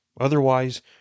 Otherwise